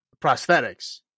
prosthetics